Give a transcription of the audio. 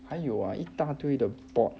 还有 ah 一大堆的 the board